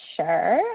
Sure